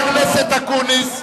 חבר הכנסת אקוניס.